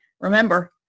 Remember